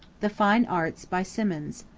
the fine arts by symonds.